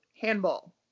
handball